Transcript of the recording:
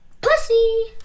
Pussy